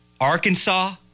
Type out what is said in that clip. Arkansas